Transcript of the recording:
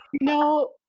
No